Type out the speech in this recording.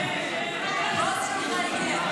הבוס שלך הגיע.